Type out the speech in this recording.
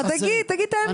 תגיד את האמת.